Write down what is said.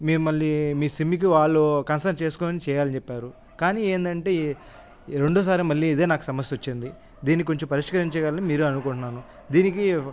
మీరు మళ్ళీ మీ సిమ్ముకి వాళ్ళు కన్సల్ట్ చేసుకుని చెయ్యాలని చెప్పారు కానీ ఏంటంటే ఇది రెండోవసారి మళ్ళీ ఇదే నాకు సమస్యొచ్చింది దీన్ని కొంచెం పరిష్కరించగలరని మీరే అనుకుంటున్నాను దీనికి